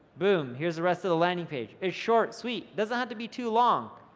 boom. here's the rest of the landing page, it's short, sweet doesn't have to be too long,